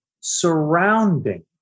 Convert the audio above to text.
surrounding